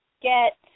get